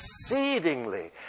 exceedingly